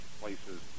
places